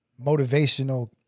motivational